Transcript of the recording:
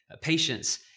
Patience